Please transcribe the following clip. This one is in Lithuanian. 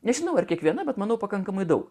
nežinau ar kiekviena bet manau pakankamai daug